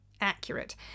accurate